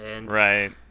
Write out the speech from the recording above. Right